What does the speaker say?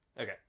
Okay